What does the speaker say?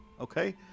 okay